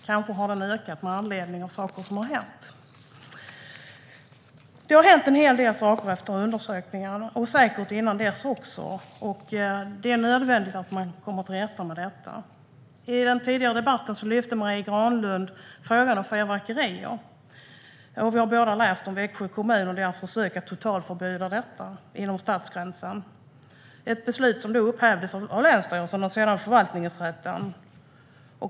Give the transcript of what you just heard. Kanske har den ökat med anledning av de saker som har hänt. Det har hänt en del efter undersökningen och säkert innan dess också. Det är nödvändigt att man kommer till rätta med detta. I den tidigare debatten lyfte Marie Granlund upp frågan om fyrverkerier. Vi har båda läst om Växjö kommun och deras försök att totalförbjuda detta inom stadsgränsen. Det var ett beslut som upphävdes av länsstyrelsen och sedan av förvaltningsrätten.